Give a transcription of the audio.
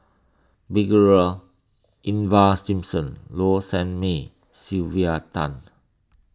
Ivan Simson Low Sanmay Sylvia Tan